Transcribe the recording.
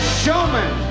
showman